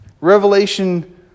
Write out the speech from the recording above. Revelation